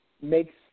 makes